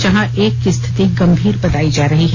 जहां एक की स्थिति गंभीर बताई जा रही है